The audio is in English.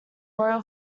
royal